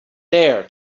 there